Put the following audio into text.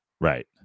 Right